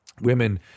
women